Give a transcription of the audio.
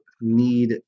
need